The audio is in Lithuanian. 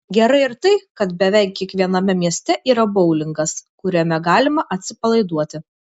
gerai ir tai kad beveik kiekviename mieste yra boulingas kuriame galima atsipalaiduoti